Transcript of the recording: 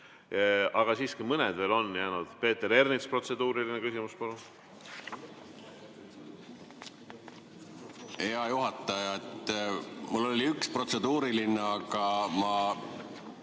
Aga siiski mõned veel on jäänud. Peeter Ernits, protseduuriline küsimus, palun! Hea juhataja! Mul oli üks protseduuriline, aga ma